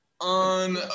on